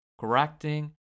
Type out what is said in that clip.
correcting